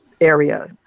area